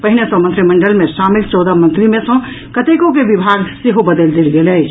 पहिने सॅ मंत्रिमंडल मे शामिल चौदह मंत्री मे सॅ कतेको के विभाग सेहो बदलि देल गेल अछि